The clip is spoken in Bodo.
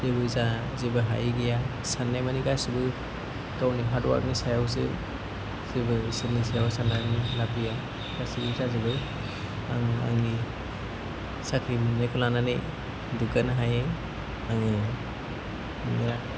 जेबो जा जेबो हायि गैया साननाय माने गासैबो गावनि हार्दवर्कनि सायावसो जेबो इसोरनि सायाव सान्नानै लाब गैया गासै जाजोबो आं आंनि साख्रि मोन्नायखौ लानानै दुग्गानो हायो आङो बिराद